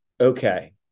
okay